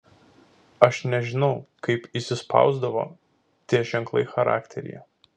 aš nežinau kaip įsispausdavo tie ženklai charakteryje